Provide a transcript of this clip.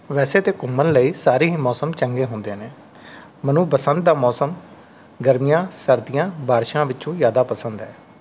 ਵੈਸੇ ਤਾਂ ਘੁੰਮਣ ਲਈ ਸਾਰੇ ਹੀ ਮੌਸਮ ਚੰਗੇ ਹੁੰਦੇ ਨੇ ਮੈਨੂੰ ਬਸੰਤ ਦਾ ਮੌਸਮ ਗਰਮੀਆਂ ਸਰਦੀਆਂ ਬਾਰਿਸ਼ਾਂ ਵਿੱਚੋਂ ਜ਼ਿਆਦਾ ਪਸੰਦ ਹੈ